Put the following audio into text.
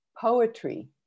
poetry